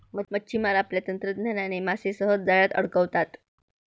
मच्छिमार आपल्या तंत्रज्ञानाने मासे सहज जाळ्यात अडकवतात